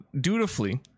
Dutifully